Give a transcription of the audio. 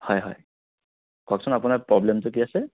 হয় হয় কওঁকচোন আপোনাৰ প্ৰব্লেমটো কি আছে